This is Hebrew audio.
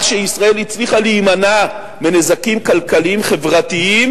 שישראל הצליחה להימנע מנזקים כלכליים וחברתיים